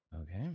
Okay